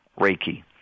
Reiki